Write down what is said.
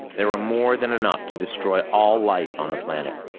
there were more than enough to destroy all life on the planet.